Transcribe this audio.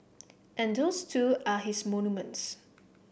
and those too are his monuments